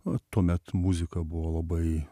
o tuomet muzika buvo labai